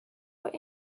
what